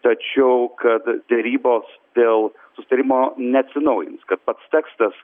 tačiau kad derybos dėl susitarimo neatsinaujins kad pats tekstas